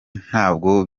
ntabwo